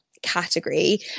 category